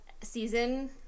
season